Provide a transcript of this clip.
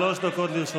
שלוש דקות לרשותך.